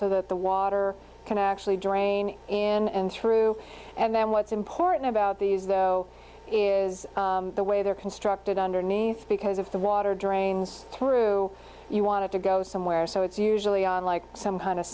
so that the water can actually drain in and through and then what's important about these though is the way they're constructed underneath because if the water drains through you want to go somewhere so it's usually on like some kind of